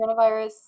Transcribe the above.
coronavirus